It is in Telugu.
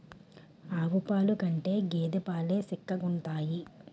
ఆవు పాలు కంటే గేద పాలు సిక్కగుంతాయి